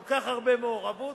כל כך הרבה מעורבות,